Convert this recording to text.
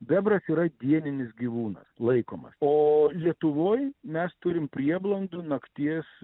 bebras yra dieninis gyvūnas laikomas o lietuvoj mes turim prieblandų nakties